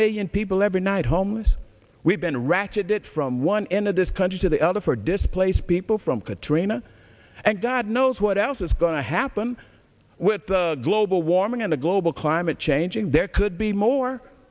million people every night homeless we've been ratcheted from one end of this country to the other for displaced people from katrina and god knows what else is going to happen with the global warming and the global climate change and there could be more